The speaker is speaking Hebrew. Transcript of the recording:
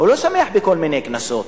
הוא לא שמח לכל מיני קנסות.